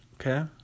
okay